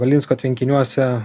valinsko tvenkiniuose